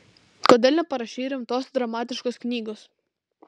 kodėl neparašei rimtos dramatiškos knygos